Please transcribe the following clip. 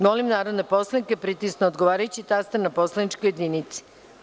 Molim narodne poslanike da pritisnu odgovarajući taster na poslaničkoj jedinici.